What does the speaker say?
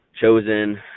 chosen